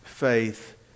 Faith